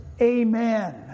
Amen